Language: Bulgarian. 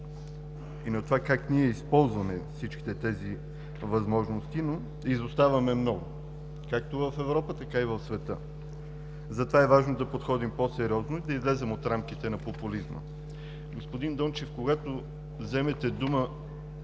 и на това как ние използваме всички тези възможности, но изоставаме много, както в Европа, така и в света. Затова е важно да подходим по-сериозно и да излезем от рамките на популизма. Господин Дончев, когато вземете думата